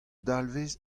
dalvez